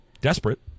desperate